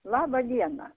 laba diena